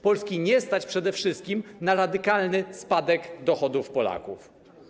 Polski nie stać przede wszystkim na radykalny spadek dochodów Polaków.